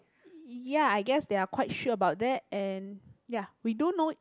ya I guess they are quite sure about that and ya we don't know